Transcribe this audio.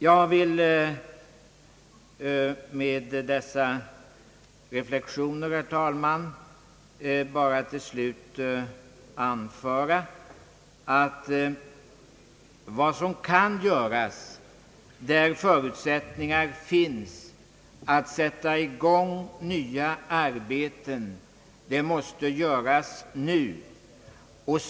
Jag vill, herr talman, sluta mina reflexioner med att säga att vad som kan göras för att sätta igång nya arbeten, där förutsättningar härför finns, måste göras nu.